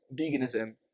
veganism